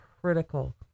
critical